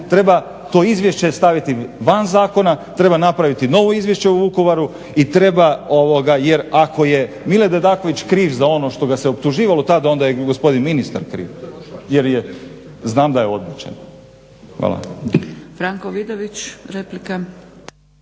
treba to izvješće staviti van zakona, treba napraviti novo izvješće o Vukovaru i treba jer ako je Mile Dedaković kriv za ono što ga se optuživalo tada onda je gospodin ministar kriv jer je. Znam da je odličan. Hvala.